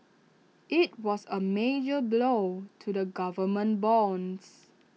IT was A major blow to the government bonds